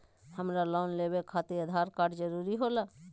हमरा लोन लेवे खातिर आधार कार्ड जरूरी होला?